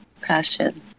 Passion